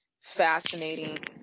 fascinating